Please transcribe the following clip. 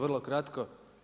Vrlo kratko.